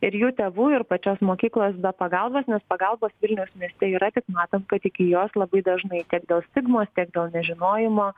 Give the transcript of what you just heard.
ir jų tėvų ir pačios mokyklos be pagalbos nes pagalbos vilniaus mieste yra tik matom kad iki jos labai dažnai tiek dėl stigmos tiek dėl nežinojimo